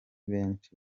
benshi